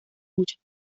muchos